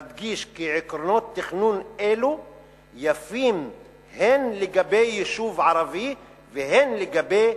"נדגיש כי עקרונות תכנון אלו יפים הן לגבי יישוב ערבי והן לגבי